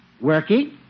Working